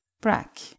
Brack